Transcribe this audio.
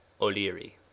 O'Leary